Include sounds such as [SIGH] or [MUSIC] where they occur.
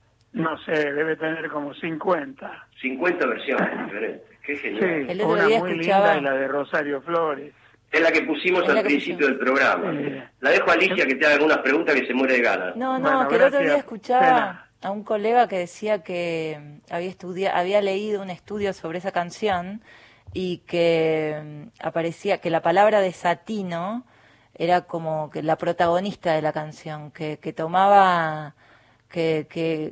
No sé, debe tener como 50. 50 versiones diferentes. [LAUGHS] Qué genial. Sí, El otro una día muy linda y escuchaba- la de Rosario Flores. Es la que pusimos Es al la que pusimos. principio del programa. Sí. La dejo a Alicia que te haga algunas preguntas que se muere de ganas. No, no, Bueno, que el otro día gracias. Pena. escuchaba a un colega que decía que, mm, había estudia- había leído un estudio sobre esa canción y que, mm, aparecía que la palabra desatino era como que la protagonista de la canción, que- que tomaba- que- que